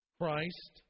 Christ